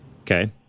Okay